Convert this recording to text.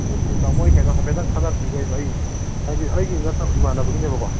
ꯑꯗꯨꯗꯤ ꯇꯥꯃꯣ ꯑꯩ ꯀꯩꯅꯣ ꯍꯥꯏꯐꯦꯠꯇꯪ ꯈꯪꯉꯛꯈꯤꯒꯦ ꯀꯩꯅꯣ ꯑꯩ ꯍꯥꯏꯗꯤ ꯑꯩꯒꯤ ꯅꯠꯇꯕ ꯏꯃꯥꯟꯅꯕꯒꯤꯅꯦꯕꯀꯣ